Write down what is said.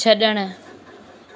छड॒णु